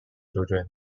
children